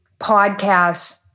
podcasts